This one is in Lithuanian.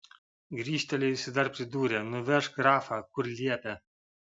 grįžtelėjusi dar pridūrė nuvežk grafą kur liepė